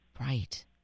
Right